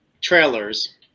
trailers